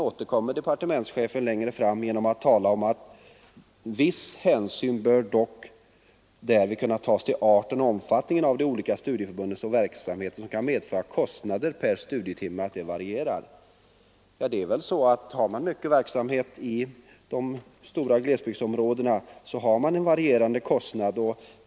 Departementschefen återkommer längre fram till frågan genom att säga att viss hänsyn dock bör kunna tas till arten och omfattningen av de olika studieförbundens verksamhet, som kan medföra att kostnaden per studietimme varierar. Har man en omfattande verksamhet i de stora glesbygdsområdena, så har man en varierande och större kostnad.